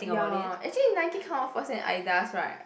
ya actually Nike kind of Adidas right